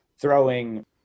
throwing